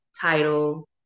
title